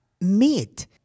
meet